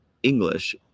English